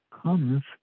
comes